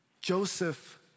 Joseph